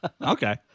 Okay